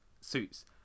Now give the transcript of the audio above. suits